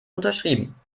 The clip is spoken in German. unterschrieben